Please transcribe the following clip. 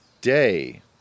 day